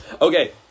Okay